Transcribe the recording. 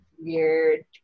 weird